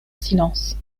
silence